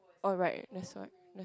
alright that's all that's